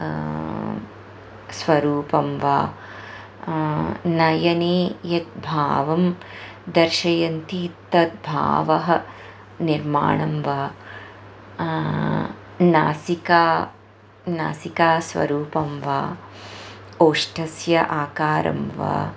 स्वरूपं वा नयने यत् भावं दर्शयन्ति तद्भावः निर्माणं वा नासिका नासिका स्वरूपं वा ओष्टस्य आकारं वा